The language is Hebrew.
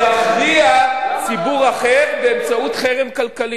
יכריע ציבור אחר באמצעות חרם כלכלי?